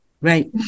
right